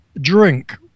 drink